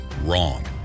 Wrong